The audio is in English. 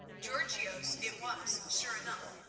georgios it was, sure enough,